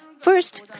First